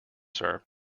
sir